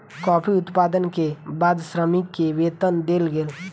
coffee उत्पादन के बाद श्रमिक के वेतन देल गेल